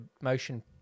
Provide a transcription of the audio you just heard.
motion